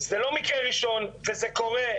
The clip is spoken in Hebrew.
זה לא מקרה ראשון וזה קורה,